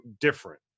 different